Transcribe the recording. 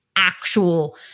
actual